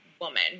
woman